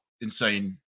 insane